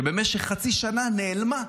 שבמשך חצי שנה נעלמה,